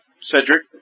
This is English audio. Cedric